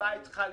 בבית חליפי,